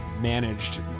managed